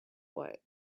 what